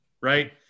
right